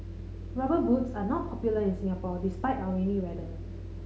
Rubber Boots are not popular in Singapore despite our rainy weather